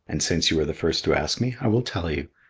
and since you are the first to ask me, i will tell you.